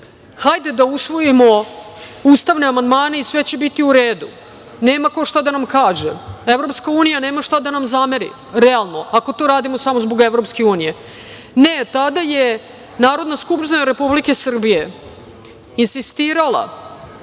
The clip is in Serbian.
hajde da usvojimo ustavne amandmane i sve će biti u redu. Nema ko šta da nam kaže. Evropska unija nema šta da nam zameri, realno, ako to radimo samo zbog EU.Ne, tada je Narodna skupština Republike Srbije insistirala